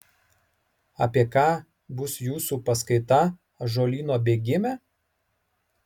apie ką bus jūsų paskaita ąžuolyno bėgime